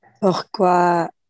pourquoi